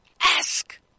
Ask